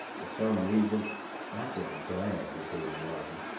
fur some reason i felt glad they wasn't.